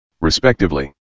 respectively